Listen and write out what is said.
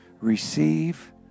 receive